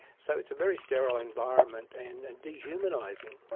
so it's a very sterile environment and dehumanising.